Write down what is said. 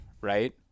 Right